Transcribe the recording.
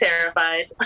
terrified